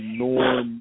norm